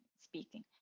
speaking